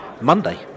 Monday